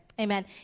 Amen